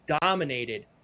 dominated